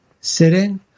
sitting